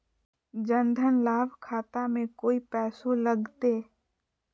जन धन लाभ खाता में कोइ पैसों लगते?